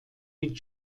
mit